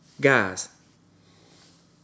guys